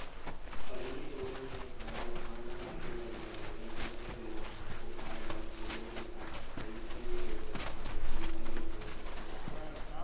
पहिली लोगन मन ह जब धान ह पाके बर धरय अइसनहे बेरा म कोठार ल बरोबर साफ सफई ए गोबर पानी म लिपाई बहराई करके राखयँ